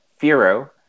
Firo